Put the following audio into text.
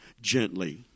gently